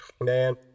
man